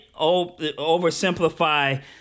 oversimplify